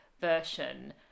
version